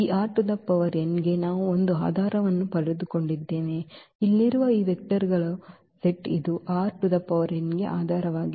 ಗೆ ನಾವು ಒಂದು ಆಧಾರವನ್ನು ಪಡೆದುಕೊಂಡಿದ್ದೇವೆ ಇಲ್ಲಿರುವ ಈ ವೆಕ್ಟರ್ ಗಳ ಸೆಟ್ ಇದು ಗೆ ಆಧಾರವಾಗಿದೆ